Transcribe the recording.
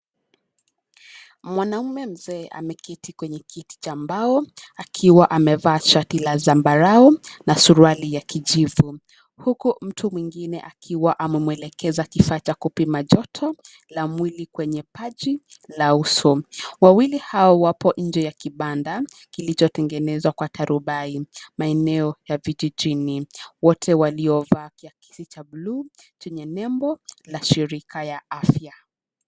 Mwanaume mzee ameketi kwenye kiti cha mbao; akiwa amevaa shati la zambarau na suruali ya kijivu. Huku mtu mwingine akiwa amemwelekeza kifaa cha kupima joto la mwili kwenye paji la uso. Wawili hao wapo nje ya kibanda kilichotengenezwa kwa tarubai, maeneo ya vijijini. Wote waliovaa kiakisi cha buluu, chenye nembo ya Shirika la Afya.